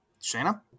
shana